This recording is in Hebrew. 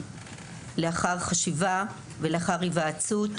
זאת לאחר חשיבה ולאחר היוועצות,